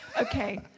Okay